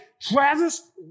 Travis